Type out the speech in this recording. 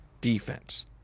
defense